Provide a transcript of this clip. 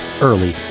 early